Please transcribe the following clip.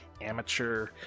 amateur